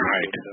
Right